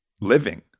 living